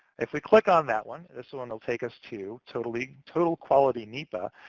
if we click on that one, this so one will take us to total yeah total quality nepa.